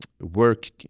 Work